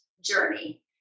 journey